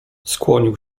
skłonił